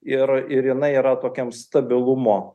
ir ir inai yra tokiam stabilumo